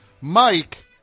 mike